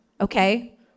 okay